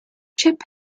chip